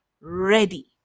ready